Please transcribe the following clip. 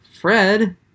Fred